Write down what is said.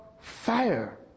fire